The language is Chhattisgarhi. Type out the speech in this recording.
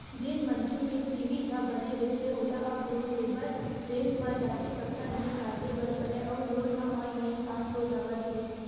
जेन मनखे के सिविल ह बने रहिथे ओला अब लोन लेबर बेंक म जाके चक्कर नइ काटे बर परय अउ लोन ह ऑनलाईन पास हो जावत हे